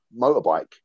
motorbike